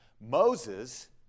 Moses